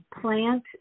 plant